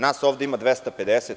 Nas ovde ima 250.